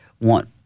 want